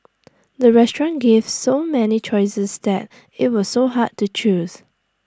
the restaurant gave so many choices that IT was so hard to choose